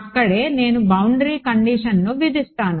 అక్కడే నేను బౌండరీ కండిషన్ను విధిస్తాను